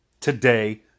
today